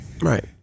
Right